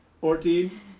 Fourteen